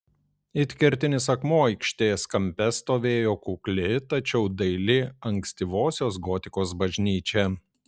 it kertinis akmuo aikštės kampe stovėjo kukli tačiau daili ankstyvosios gotikos bažnyčia